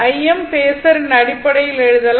Im பேஸரின் அடிப்படையில் எழுதலாம்